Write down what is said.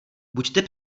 buďte